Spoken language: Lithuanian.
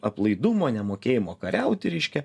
aplaidumo nemokėjimo kariauti reiškia